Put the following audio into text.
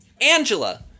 Angela